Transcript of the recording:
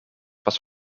was